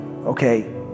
Okay